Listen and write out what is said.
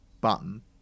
button